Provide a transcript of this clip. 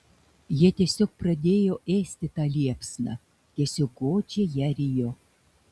jie tiesiog pradėjo ėsti tą liepsną tiesiog godžiai ją rijo